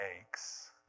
aches